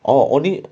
orh only